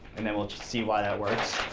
and then we'll see why that works.